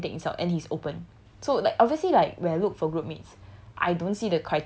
like he can take insult and he's open so like obviously like when I look for group mates